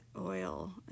oil